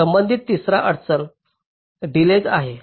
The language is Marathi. संबंधित तिसरा अडचण डिलेज आहे